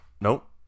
Nope